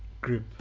group